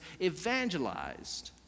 evangelized